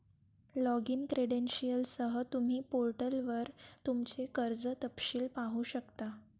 login क्रेडेंशियलसह, तुम्ही पोर्टलवर तुमचे कर्ज तपशील पाहू शकता